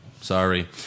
Sorry